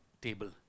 table